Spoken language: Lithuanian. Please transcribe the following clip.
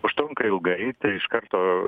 užtrunka ilgai tai iš karto